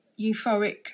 euphoric